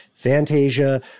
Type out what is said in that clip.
Fantasia